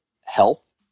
health